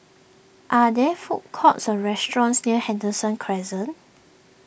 are there food courts or restaurants near Henderson Crescent